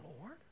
Lord